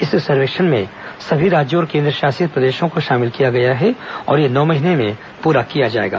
इस सर्वेक्षण में सभी राज्यों और केन्द्रशासित प्रदेशों को शामिल किया गया है और यह नौ महीने में पूरा हो जाएगा